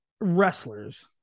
Wrestlers